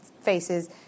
faces